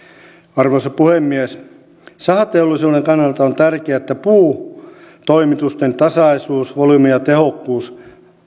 arvoisa puhemies sahateollisuuden kannalta on tärkeää että puutoimitusten tasaisuus volyymi ja tehokkuus